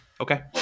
Okay